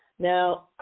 Now